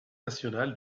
national